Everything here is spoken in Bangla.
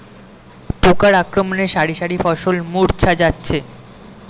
পোকার আক্রমণে শারি শারি ফসল মূর্ছা যাচ্ছে